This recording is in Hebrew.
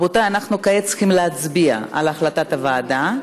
רבותיי, אנחנו כעת צריכים להצביע על המלצת הוועדה.